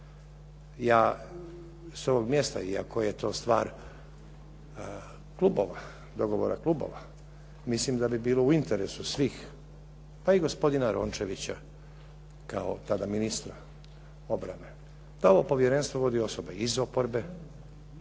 Ja s ovog mjesta, iako je to stvar klubova, dogovora klubova, mislim da bi bilo u interesu svih pa i gospodina Rončevića, kao tada ministra obrane da ovo povjerenstvo vodi osoba iz oporbe